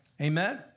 Amen